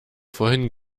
vorhin